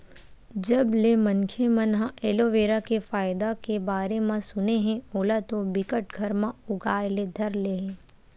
जब ले मनखे मन ह एलोवेरा के फायदा के बारे म सुने हे ओला तो बिकट घर म उगाय ले धर ले हे